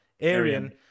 Arian